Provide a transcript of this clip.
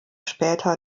später